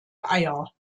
eier